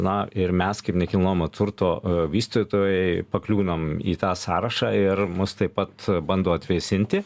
na ir mes kaip nekilnojamo turto vystytojai pakliūnam į tą sąrašą ir mus taip pat bando atvėsinti